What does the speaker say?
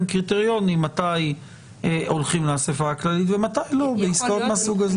קריטריונים מתי הולכים לאספה הכללית ומתי לא בעסקאות מהסוג הזה.